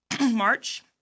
march